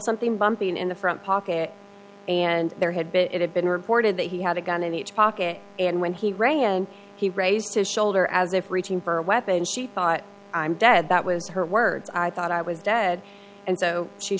something bumping in the front pocket and their head bit it had been reported that he had a gun in each pocket and when he rang and he raised his shoulder as if reaching for a weapon she thought i'm dead that was her words i thought i was dead and so she